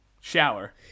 Shower